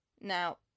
Now